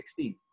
2016